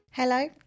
Hello